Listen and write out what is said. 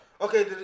Okay